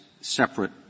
separate